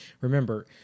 remember